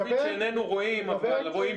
בבקשה